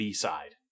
B-side